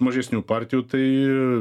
mažesnių partijų tai